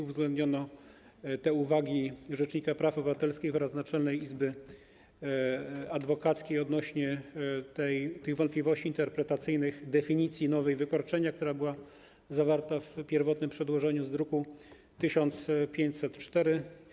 Uwzględniono uwagi rzecznika praw obywatelskich oraz Naczelnej Izby Adwokackiej odnośnie do wątpliwości interpretacyjnych co do nowej definicji wykroczenia, która była zawarta w pierwotnym przedłożeniu z druku nr 1504.